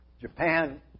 Japan